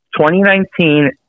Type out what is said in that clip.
2019